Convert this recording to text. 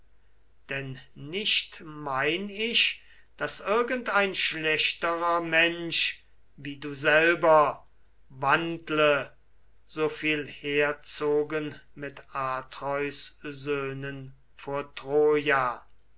denn nicht mein ich daß irgend ein schlechterer mensch wie du selber wandle so viel herzogen mit atreus söhnen vor troja